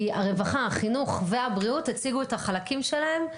כי הרווחה, החינוך והבריאות הציגו את החלקים שלהם.